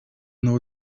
know